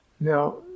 Now